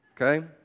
okay